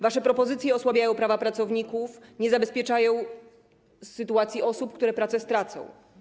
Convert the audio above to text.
Wasze propozycje osłabiają prawa pracowników, nie zabezpieczają sytuacji osób, które pracę stracą.